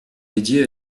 dédié